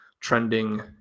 trending